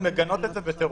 מגנות את זה בטירוף.